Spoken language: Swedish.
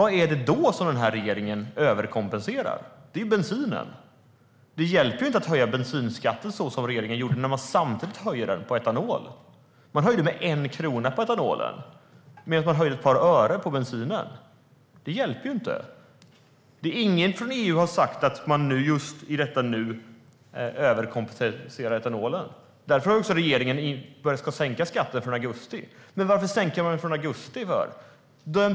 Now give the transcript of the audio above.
Vad är det då som den här regeringen överkompenserar? Det är bensinen. Det hjälper ju inte att höja bensinskatten som regeringen gjorde när man samtidigt höjer skatten på etanol. Man höjde skatten med 1 krona på etanolen medan man höjde med ett par ören på bensinen. Det hjälper ju inte. Ingen från EU har sagt att man i just detta nu överkompenserar etanolen. Därför ska också regeringen sänka den skatten från augusti. Men varför sänker man från augusti?